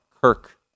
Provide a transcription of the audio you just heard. Kirk